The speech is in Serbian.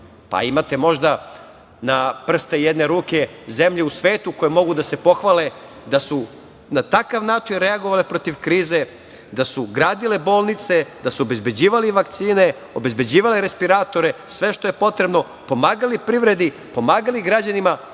Imate možda na prste jedne ruke zemlje u svetu koje mogu da se pohvale da su na takav način reagovale protiv krize, da su gradile bolnice, obezbeđivale vakcine, obezbeđivale respiratore, sve što je potrebno, pomagali privredi, pomagali građanima,